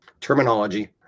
terminology